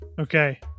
Okay